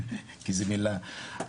כי זאת מילה -,